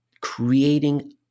creating